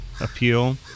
appeal